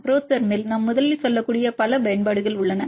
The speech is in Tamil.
புரோதெர்மில் நாம் முதலில் சொல்லக்கூடிய பல பயன்பாடுகள் உள்ளன